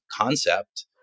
concept